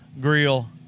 grill